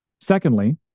secondly